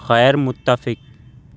غیر متفق